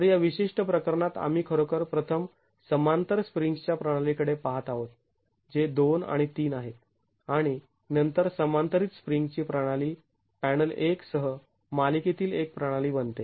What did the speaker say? तर या विशिष्ट प्रकरणात आम्ही खरोखर प्रथम समांतर स्प्रिंग्ज् च्या प्रणाली कडे पाहत आहोत जे २ आणि ३ आहेत आणि नंतर समांतरीत स्प्रिंग्ज् ची प्रणाली पॅनल १ सह मालिकेतील एक प्रणाली बनते